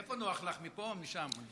איפה נוח לך, מפה או משם?